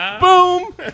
Boom